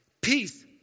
peace